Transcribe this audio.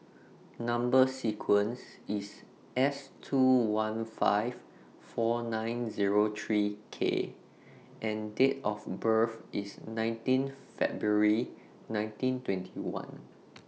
Number sequence IS S two one five four nine Zero three K and Date of birth IS nineteenth February nineteen twenty one